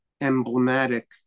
emblematic